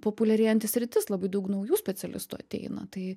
populiarėjanti sritis labai daug naujų specialistų ateina tai